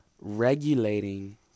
Regulating